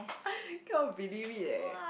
cannot believe it leh